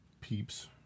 Peeps